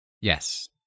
Yes